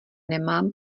nemám